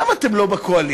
למה אתם לא בקואליציה,